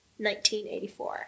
1984